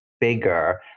bigger